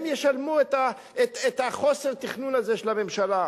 הם ישלמו את חוסר התכנון הזה של הממשלה.